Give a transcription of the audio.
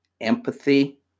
empathy